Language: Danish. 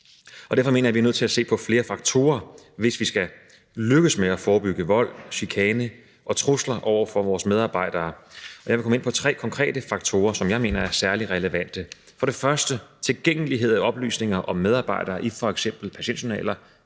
og derfor mener jeg, at vi er nødt til at se på flere faktorer, hvis vi skal lykkes med at forebygge vold, chikane og trusler over for vores medarbejdere. Jeg vil komme ind på tre konkrete faktorer, som jeg mener er særlig relevante: for det første tilgængeligheden af oplysninger om medarbejdere i f.eks. patientjournaler